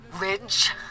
Ridge